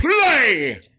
play